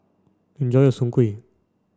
enjoy your Soon Kuih